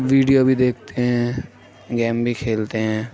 video بھی دیکھتے ہیں گیم بھی کھیلتے ہیں